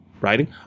writing